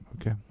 okay